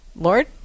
lord